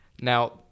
Now